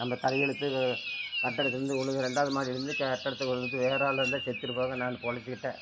நம்ம தலையெழுத்து கட்டடத்துலேருந்து விழுந்து ரெண்டாவது மாடிலேருந்து கட்டடத்துல விழுந்து வேறாளாக இருந்தால் செத்திருப்பாங்க நான் பிழைச்சிக்கிட்டேன்